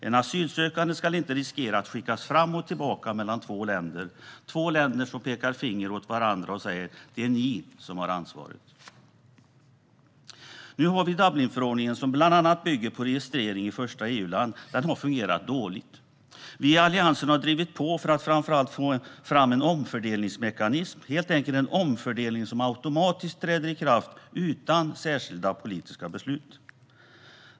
En asylsökande ska inte riskera att skickas fram och tillbaka mellan två länder som pekar finger åt varandra och säger: Det är ni som har ansvaret. Dublinförordningen, som bland annat bygger på registrering i första EU-land, har fungerat dåligt. Vi i Alliansen har drivit på för att få fram en omfördelningsmekanism, alltså en omfördelning som automatiskt träder i kraft utan särskilda politiska beslut.